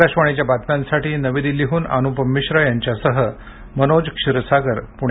आकाशवाणी बातम्यांसाठी नवी दिल्लीहून अनुपम मिश्रा यांच्यासह मनोज क्षीरसागर पुणे